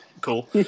cool